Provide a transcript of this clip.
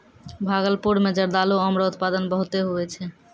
भागलपुर मे जरदालू आम रो उत्पादन बहुते हुवै छै